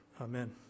amen